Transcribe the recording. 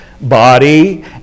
body